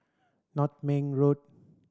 Nutmeg Road